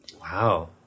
Wow